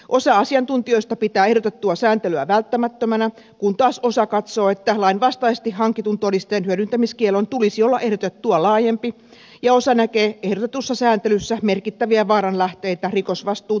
osa asiantuntijoista pitää ehdotettua sääntelyä välttämättömänä kun taas osa katsoo että lainvastaisesti hankitun todisteen hyödyntämiskiellon tulisi olla ehdotettua laajempi ja osa näkee ehdotetussa sääntelyssä merkittäviä vaaranlähteitä rikosvastuun toteuttamisen kannalta